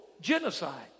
Genocide